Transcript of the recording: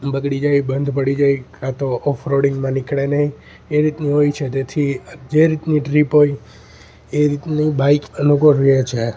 બગડી જાય બંધ પડી જાય કા તો ઓફરોડિંગમાં નીકળે નહીં એ રીતની હોય છે તેથી જે રીતની ટ્રીપ હોય એ રીતનું બાઈક અનુકૂળ રહે છે